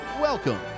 welcome